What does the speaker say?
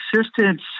assistance